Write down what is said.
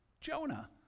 Jonah